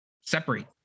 separate